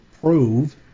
prove